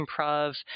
improv